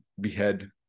behead